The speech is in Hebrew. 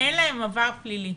אין עבר פלילי.